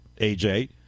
AJ